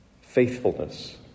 faithfulness